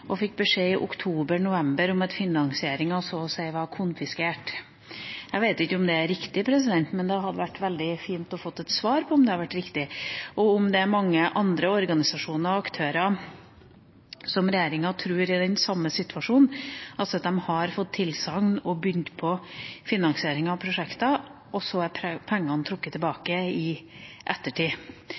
fikk beskjed i oktober-november om at finansieringa så å si var konfiskert. Jeg vet ikke om det er riktig, men det hadde vært veldig fint å få et svar på om det er riktig, og om det er mange andre organisasjoner og aktører som regjeringa tror er i den samme situasjonen, altså at de har fått tilsagn og begynt på finansiering av prosjekter, og så er pengene trukket tilbake i ettertid.